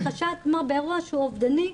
בחשד לאירוע שהוא אובדני,